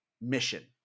mission